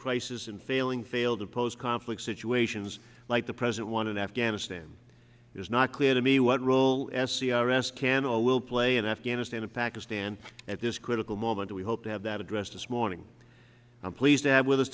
crisis in failing failed to post conflict situations like the present one in afghanistan is not clear to me why role as c r s scandal will play in afghanistan and pakistan at this critical moment we hope to have that address this morning i'm pleased to have with us